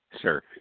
sure